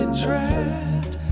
trapped